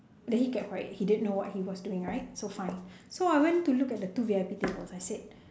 then he kept quiet he didn't know what he was doing right so fine so I went to look at the two V_I_P tables I said